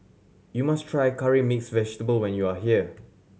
you must try Curry Mixed Vegetable when you are here